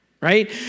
right